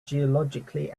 geologically